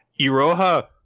Iroha